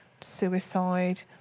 suicide